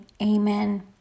amen